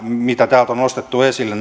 mitä täältä on nostettu esille